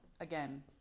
again